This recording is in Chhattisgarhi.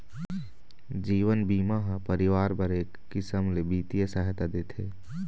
जीवन बीमा ह परिवार बर एक किसम ले बित्तीय सहायता देथे